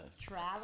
Travel